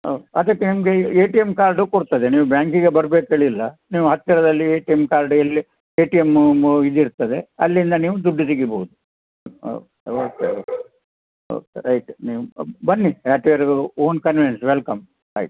ಅದಕ್ಕೆ ನಿಮಗೆ A T M card ಕೊಡ್ತದೆ ನೀವು ಬ್ಯಾಂಕಿಗೆ ಬರ್ಬೇಕು ಹೇಳಿಲ್ಲ ನೀವು ಹತ್ತಿರದಲ್ಲಿ ಎ ಟಿ ಎಮ್ ಕಾರ್ಡ್ ಎಲ್ಲಿ ಎ ಟಿ ಎಮ್ ಇದು ಇರ್ತದೆ ಅಲ್ಲಿಂದ ನೀವು ದುಡ್ಡು ತೆಗಿಬೋದು ಹಾಂ ಓಕೆ ಓಕೆ ಓಕೆ ರೈಟ್ ನೀವು ಬನ್ನಿ as per your own convenience welcome ಆಯಿತು